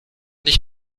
nicht